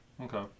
okay